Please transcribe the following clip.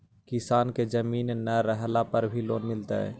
किसान के जमीन न रहला पर भी लोन मिलतइ?